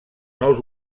nous